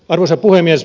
arvoisa puhemies